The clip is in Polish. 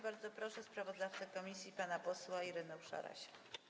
Bardzo proszę sprawozdawcę komisji pana posła Ireneusza Rasia.